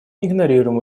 игнорируем